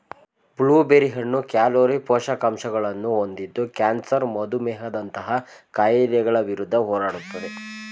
blue berry ಹಣ್ಣು calorie, ಪೋಷಕಾಂಶಗಳನ್ನು ಹೊಂದಿದ್ದು ಕ್ಯಾನ್ಸರ್ ಮಧುಮೇಹದಂತಹ ಕಾಯಿಲೆಗಳ ವಿರುದ್ಧ ಹೋರಾಡುತ್ತದೆ